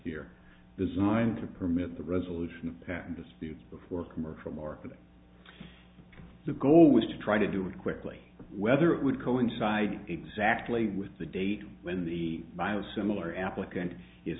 here designed to permit the resolution of patent disputes before commercial marketing the goal was to try to do it quickly whether it would coincide exactly with the date when the buy a similar applicant is